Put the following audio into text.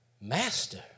Master